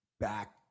back